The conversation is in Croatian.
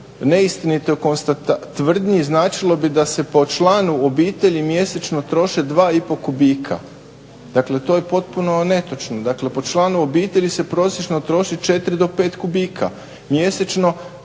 neistinitoj tvrdnji značilo bi da se po članku obitelji mjesečno troše 2,5 kubika, dakle to je potpuno netočno. Dakle, po članku obitelji se prosječno troši 4 do 5 kubika mjesečno,